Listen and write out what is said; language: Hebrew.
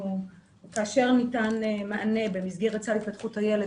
וכאשר ניתן מענה במסגרת סל התפתחות הילד,